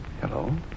Hello